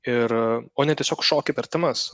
ir o ne tiesiog šoki per temas